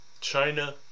China